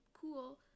cool